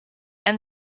and